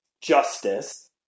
justice